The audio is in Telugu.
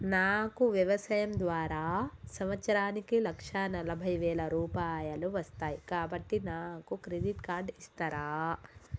నాకు వ్యవసాయం ద్వారా సంవత్సరానికి లక్ష నలభై వేల రూపాయలు వస్తయ్, కాబట్టి నాకు క్రెడిట్ కార్డ్ ఇస్తరా?